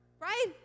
Right